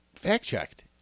fact-checked